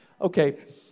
Okay